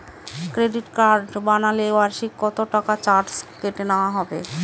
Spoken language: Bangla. ক্রেডিট কার্ড বানালে বার্ষিক কত টাকা চার্জ কেটে নেওয়া হবে?